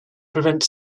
prevent